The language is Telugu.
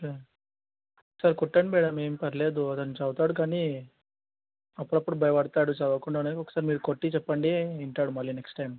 ఓకే సరే కొట్టండి మ్యాడమ్ ఏమి పర్లేదు అతను చదువుతాడు కానీ అప్పుడప్పుడు భయపడతాడు చదవకుండా ఒకసారి మీరు కొట్టి చెప్పండి వింటాడు మళ్ళీ నెక్స్ట్ టైమ్